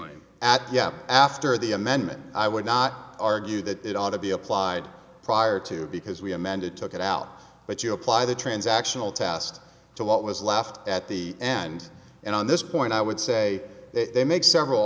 entrancingly at yeah after the amendment i would not argue that it ought to be applied prior to because we amended took it out but you apply the transactional tast to what was left at the and and on this point i would say that they make several